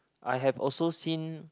I have also seen